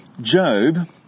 Job